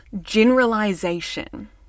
generalization